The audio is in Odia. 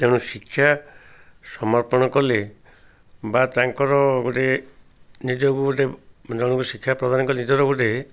ତେଣୁ ଶିକ୍ଷା ସମର୍ପଣ କଲେ ବା ତାଙ୍କର ଗୋଟେ ନିଜକୁ ଗୋଟେ ଜଣଙ୍କୁ ଶିକ୍ଷା ପ୍ରଦାନ କଲେ ନିଜର ଗୋଟେ